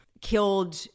killed